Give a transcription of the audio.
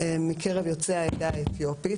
מקרב יוצאי העדה האתיופית.